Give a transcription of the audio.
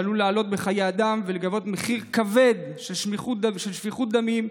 דבר שעלול לעלות בחיי אדם ולגבות מחיר כבד של שפיכות דמים.